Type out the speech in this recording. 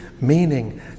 meaning